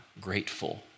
grateful